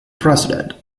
president